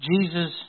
Jesus